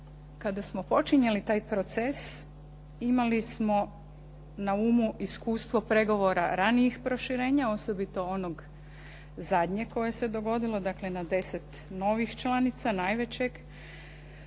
kada smo počinjali taj proces imali smo na umu iskustvo pregovora ranijih proširenja, osobito onog zadnjeg koje se dogodilo, dakle, na 10 novih članica najvećeg.